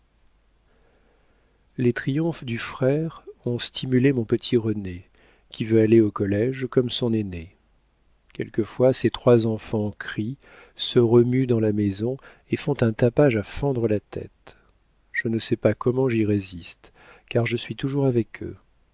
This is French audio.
les triomphes du frère ont stimulé mon petit rené qui veut aller au collége comme son aîné quelquefois ces trois enfants crient se remuent dans la maison et font un tapage à fendre la tête je ne sais pas comment j'y résiste car je suis toujours avec eux